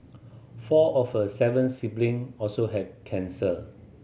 four of her seven sibling also had cancer